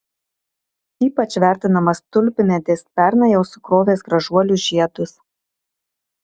ypač vertinamas tulpmedis pernai jau sukrovęs gražuolius žiedus